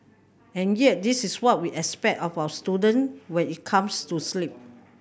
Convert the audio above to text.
and yet this is what we expect of our student when it comes to sleep